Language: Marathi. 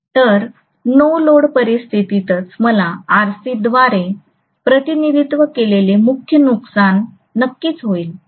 तर नो लोड परिस्थितीतच मला RC द्वारे प्रतिनिधित्व केलेले मुख्य नुकसान नक्कीच होईल